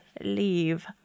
leave